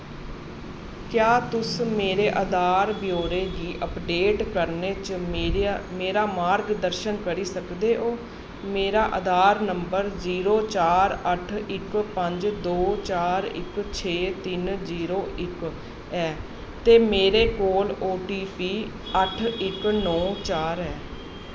क्या तुस मेरे आधार ब्यौरे गी अपडेट करने च मेरा मार्गदर्शन करी सकदे ओ मेरा आधार नंबर जीरो चार अट्ठ इक पंज दो चार इक छे तिन जीरो इक ऐ ते मेरे कोल ओ टी पी अट्ठ इक नौ चार ऐ